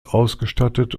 ausgestattet